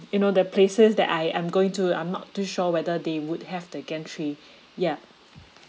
you know the places that I am going to I'm not too sure whether they would have the gantry yup